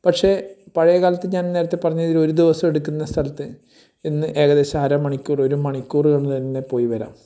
പക്ഷേ പഴയകാലത്ത് ഞാൻ നേരത്തെ പറഞ്ഞ രീതി ഒരു ദിവസം എടുക്കുന്ന സ്ഥലത്ത് ഇന്ന് ഏകദേശം അര മണിക്കൂർ ഒരു മണിക്കൂറിനുള്ളിൽ തന്നെ പോയി വരാം